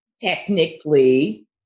technically